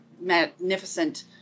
magnificent